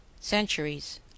Centuries